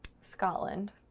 Scotland